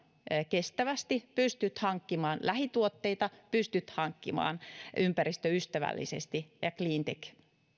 kestävästi pystyt hankkimaan lähituotteita pystyt hankkimaan ympäristöystävällisesti ja cleantechin